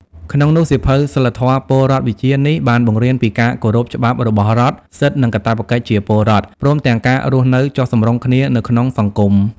ក្នុងនោះសៀវភៅសីលធម៌-ពលរដ្ឋវិជ្ជានេះ បានបង្រៀនពីការគោរពច្បាប់របស់រដ្ឋ សិទ្ធិ និងកាតព្វកិច្ចជាពលរដ្ឋ ព្រមទាំងការរស់នៅចុះសម្រុងគ្នានៅក្នុងសង្គម។